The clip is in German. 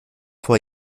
vor